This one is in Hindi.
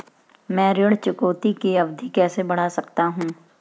मैं ऋण चुकौती की अवधि कैसे बढ़ा सकता हूं?